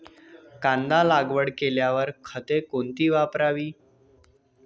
कांदा लागवड केल्यावर खते कोणती वापरावी?